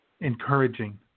encouraging